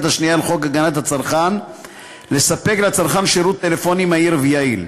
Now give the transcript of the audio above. השנייה לחוק הגנת הצרכן לספק לצרכן שירות טלפוני מהיר ויעיל,